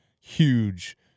huge